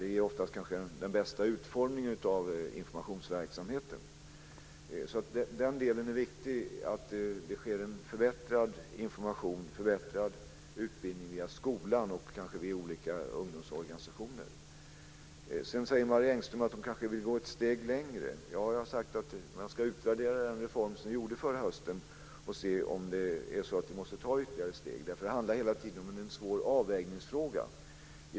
Det är oftast den bästa utformningen av informationsverksamheten. Den delen är viktig - att ungdomarna får en förbättrad information och utbildning om detta via skolan och kanske via ungdomsorganisationer. Marie Engström säger att hon kanske vill gå ett steg längre. Jag har sagt att man ska utvärdera den reform som gjordes förra hösten och se om vi måste ta ytterligare steg. Det är hela tiden en svår avvägningsfråga.